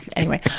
anyway,